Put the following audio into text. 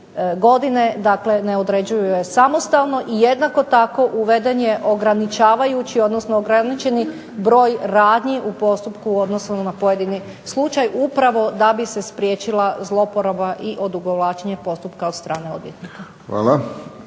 godine, dakle ne određuje je samostalno. I jednako tako uveden je ograničavajući, odnosno ograničeni broj radnji u postupku u odnosu na pojedini slučaj, upravo da bi se spriječila zloporaba i odugovlačenje postupka od strane odvjetnika.